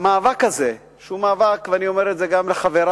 במאבק הזה, שהוא מאבק, ואני אומר את זה גם לחברי,